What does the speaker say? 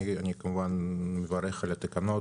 אני כמובן מברך על התקנות.